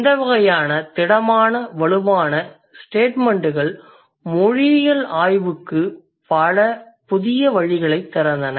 இந்த வகையான திடமான வலுவான ஸ்டேட்மெண்ட்கள் மொழியியல் ஆய்வுக்கு பல புதிய வழிகளைத் திறந்தன